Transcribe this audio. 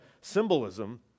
symbolism